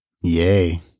Yay